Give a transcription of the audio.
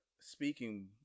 speaking